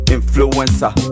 Influencer